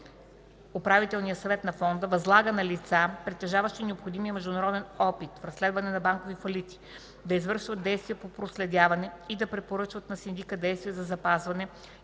управителния съвет на фонда възлага на лица, притежаващи необходимия международен опит в разследване на банкови фалити, да извършват действия по проследяване и да препоръчват на синдика действия за запазване